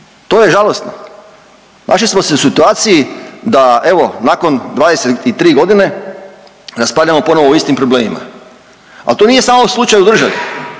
To je žalosno. Našli smo se u situaciji da evo, nakon 23 godine raspravljamo ponovo o istim problemima, ali to nije samo slučaj u državi,